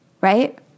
right